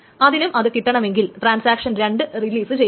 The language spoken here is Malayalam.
അതിനും അത് കിട്ടണമെങ്കിൽ ട്രാൻസാക്ഷൻ 2 റിലീസ് ചെയ്യണം